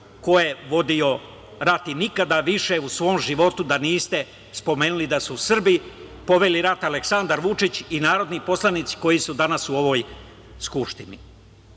ko je vodio rat i nikada više u svom životu da niste spomenuli da su Srbi poveli rat, Aleksandar Vučić i narodni poslanici, koji su danas u ovoj skupštini. Što